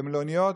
למלוניות,